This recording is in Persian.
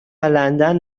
لندن